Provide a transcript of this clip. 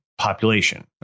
population